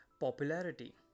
popularity